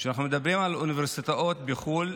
שאנחנו מדברים על אוניברסיטאות בחו"ל,